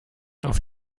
auf